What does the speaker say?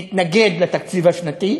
אנחנו נתנגד לתקציב הדו-שנתי.